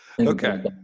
Okay